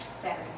Saturday